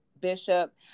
bishop